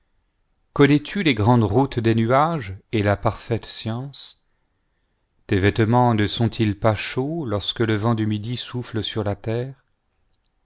connais-tu les grandes routes des nuages et la parfaite science tes vêtements ne sont-ils pas chauds lorsque le vent du midi souffle eur la terre